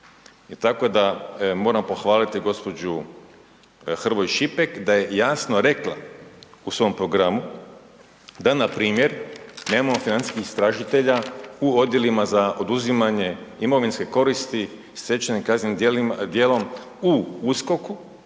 Tako da moram pohvaliti gospođu Hrvoj Šipek da je jasno rekla u svom programu da npr. nemamo financijskih istražitelja u odjelima za oduzimanje imovinske koristi stečene kaznenim djelom u USKOK-u,